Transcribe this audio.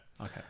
Okay